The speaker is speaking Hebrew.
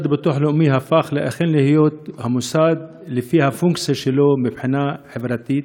המוסד לביטוח לאומי הפך לפעול לפי הפונקציה שלו מבחינה חברתית,